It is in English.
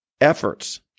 efforts